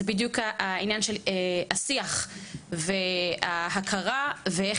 זה בדיוק העניין של ההכרה ושל השיח,